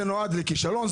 זה נועד לכישלון,